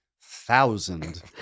thousand